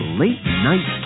late-night